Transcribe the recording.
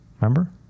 remember